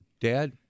Dad